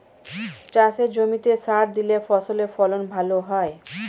চাষের জমিতে সার দিলে ফসলের ফলন ভালো হয়